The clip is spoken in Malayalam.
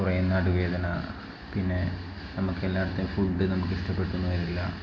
കുറേ നടുവേദന പിന്നെ നമുക്ക് എല്ലാ ഇടത്തേയും ഫുഡ് നമുക്ക് ഇഷ്ട്ടപ്പെട്ടെന്ന് വരില്ല